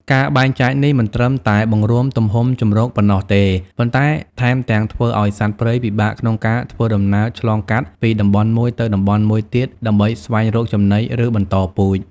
ការបែងចែកនេះមិនត្រឹមតែបង្រួញទំហំជម្រកប៉ុណ្ណោះទេ ប៉ុន្តែថែមទាំងធ្វើឲ្យសត្វព្រៃពិបាកក្នុងការធ្វើដំណើរឆ្លងកាត់ពីតំបន់មួយទៅតំបន់មួយទៀត ដើម្បីស្វែងរកចំណី ឬបន្តពូជ។